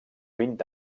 vint